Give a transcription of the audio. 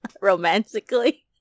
romantically